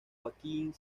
joaquín